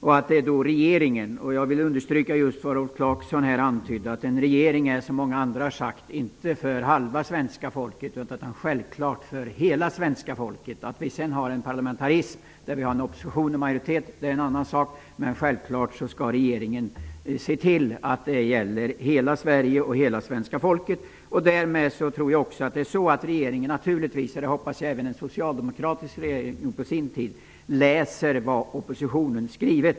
Jag vill understryka vad Rolf Clarkson och många andra här har sagt om att vår regering inte är till bara för halva svenska folket utan självfallet för hela svenska folket. Att vi har en parlamentarism med majoritet och opposition är en annan sak. Regeringen skall vara till för hela Sverige och hela svenska folket. Det innebär också att regeringen, liksom jag hoppas att också den socialdemokratiska regeringen på sin tid gjorde, läser vad oppositionen skriver.